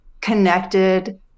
connected